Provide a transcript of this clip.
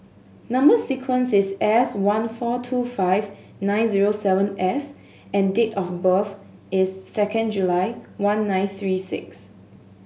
number sequence is S one four two five nine zero seven F and date of birth is second July one nine three six